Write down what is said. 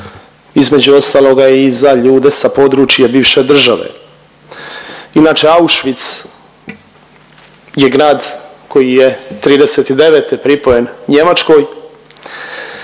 između ostaloga i za ljude sa područja bivše države. Inače Auschwitz je grad koji je '39. pripojen Njemačkoj